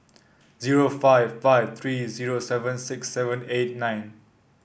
zero five five three zero seven six seven eight nine